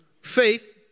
Faith